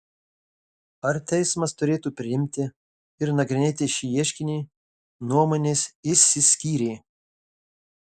ar teismas turėtų priimti ir nagrinėti šį ieškinį nuomonės išsiskyrė